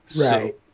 Right